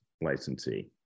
licensee